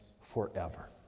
forever